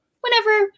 whenever